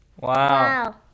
Wow